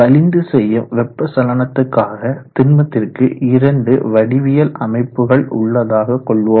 வலிந்து செய்யும் வெப்ப சலனத்துக்காக திண்மத்திற்கு இரண்டு வடிவியல் அமைப்புகள் உள்ளதாக கொள்வோம்